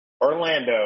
Orlando